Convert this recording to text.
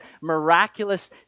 miraculous